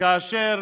כאשר